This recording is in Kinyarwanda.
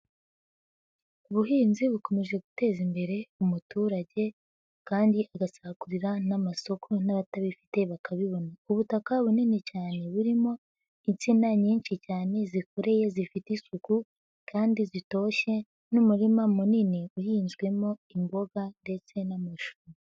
Ubuhinzi bukomeje guteza imbere umuturage, kandi agasagurira n'amasoko n'abatabifite bakabibona, ubutaka bunini cyane burimo insina nyinshi cyane, zikoreye zifite isuku kandi zitoshye, n'umurima munini uhinzwemo imboga ndetse n'amashu.